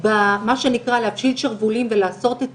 ומה שנקרא להפשיל שרוולים ולעשות את